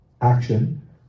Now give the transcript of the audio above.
action